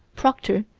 proctor,